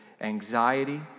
anxiety